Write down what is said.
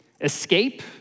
Escape